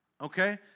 Okay